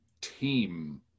team